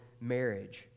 marriage